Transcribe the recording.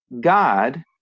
God